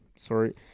Sorry